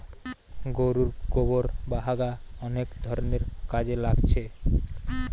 গোরুর গোবোর বা হাগা অনেক ধরণের কাজে লাগছে